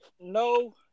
no